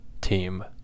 team